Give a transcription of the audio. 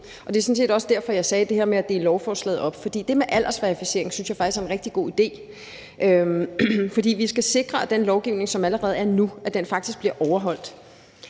Det er sådan set også derfor, at jeg sagde det her med at dele lovforslaget op, for det med aldersverificering synes jeg faktisk er en rigtig god idé, for vi skal sikre, at den lovgivning, som allerede er der nu, faktisk bliver overholdt.